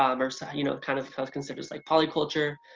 um or so you know kind of kind of considers like polyculture,